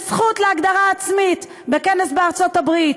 זכות להגדרה עצמית בכנס בארצות הברית.